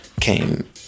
came